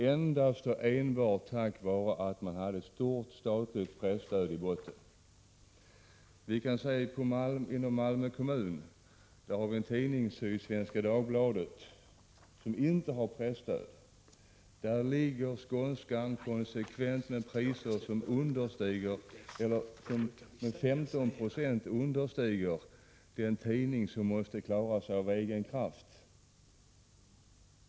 — endast tack vare att denna tidning hade ett stort statligt presstöd i botten. I Malmö kommun utges tidningen Sydsvenska Dagbladet, som inte har något presstöd. Skånska Dagbladet har annonspriser som med 15 96 understiger priserna hos den tidning som måste klara sig av egen kraft.